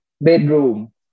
bedroom